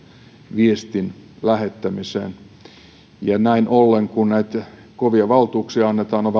viestin lähettämiseen näin ollen kun näitä kovia valtuuksia annetaan on